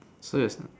so you